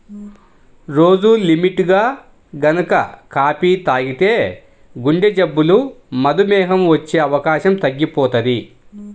రోజూ లిమిట్గా గనక కాపీ తాగితే గుండెజబ్బులు, మధుమేహం వచ్చే అవకాశం తగ్గిపోతది